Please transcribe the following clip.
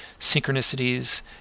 synchronicities